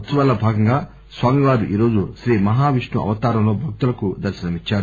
ఉత్సవాల్లో భాగంగా స్వామివారు ఈ రోజు శ్రీ మహావిష్ణు అవతారంలో భక్తులకు దర్శనమిద్చారు